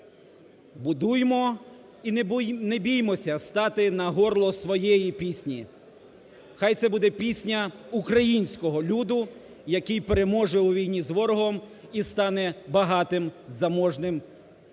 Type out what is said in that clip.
Будуймо і не біймося стати на горло своєї пісні! Хай це буде пісня українського люду, який переможе в війні з ворогом і стане багатим, заможним, і